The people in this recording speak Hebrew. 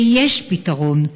ויש פתרון.